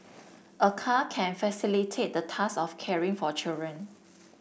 a car can facilitate the task of caring for children